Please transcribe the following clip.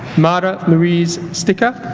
mara louise sticca